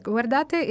Guardate